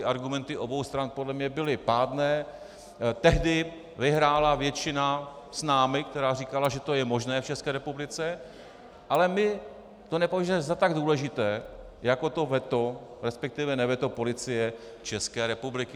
Argumenty obou stran podle mě byly pádné, tehdy vyhrála většina s námi, která říkala, že to je možné v České republice, ale my to nepovažujeme za tak důležité jako to veto, respektive neveto Policie České republiky.